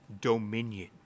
Dominion